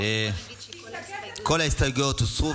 כל ההסתייגויות הוסרו,